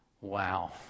wow